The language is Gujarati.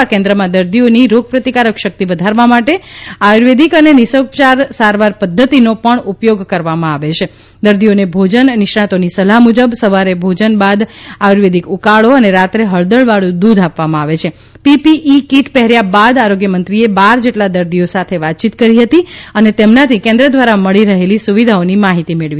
આ કેન્દ્રમાં દર્દીઓની રોગપ્રતિકારક શક્તિ વધારવા માટે આયુર્વેદિક અને નિસર્ગોપચાર સારવાર પધ્ધતિનો પણ ઉપયોગ કરવામાં આવે છે દર્દીઓને ભોજન નિષ્ણાંતોની સલાહ્ મુજબ સવારે ભોજન બાદ આયુર્વેદિક ઉકાળો અને રાત્રે હળદરવાળુ દૂધ આપવામાં આવે છે પીપીઇ કીટ પહેર્યા બાદ આરોગ્યમંત્રીએ બાર જેટલા દર્દીઓ સાથે વાતચીત કરી હતી અને તેમનાથી કેન્દ્ર ધ્વારા મળી રહેલી સુવિધાઓની માહિતી મેળવી